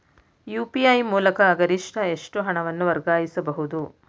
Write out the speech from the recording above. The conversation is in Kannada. ಯು.ಪಿ.ಐ ಮೂಲಕ ಗರಿಷ್ಠ ಎಷ್ಟು ಹಣವನ್ನು ವರ್ಗಾಯಿಸಬಹುದು?